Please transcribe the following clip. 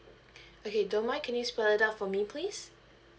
okay don't mind can you spell it out for me please